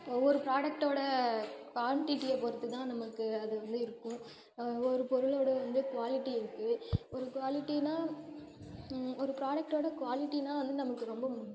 ஒவ்வொரு புராடக்ட்டோட குவாண்டிட்டிய பொறுத்து தான் நமக்கு அது வந்து இருக்கும் ஒரு பொருளோடய வந்து க்வாலிட்டி இருக்குது ஒரு குவாலிட்டின்னா ஒரு புராடக்ட்டோட குவாலிட்டின்னா வந்து நமக்கு ரொம்ப முக்கியம்